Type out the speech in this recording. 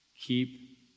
Keep